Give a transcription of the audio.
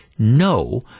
No